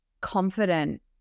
confident